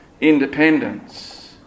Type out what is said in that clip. independence